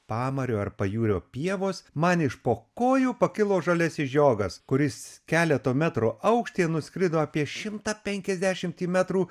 pamario ar pajūrio pievos man iš po kojų pakilo žaliasis žiogas kuris keleto metro aukštyje nuskrido apie šimtą penkiasdešimtį metrų